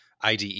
IDE